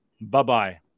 bye-bye